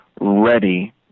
ready